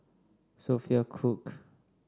Sophia Cooke